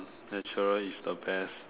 natural is the best